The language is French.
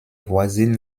voisine